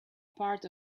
part